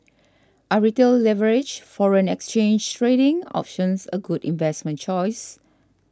are retail leveraged foreign exchange trading options a good investment choice